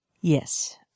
Yes